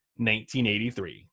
1983